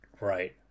Right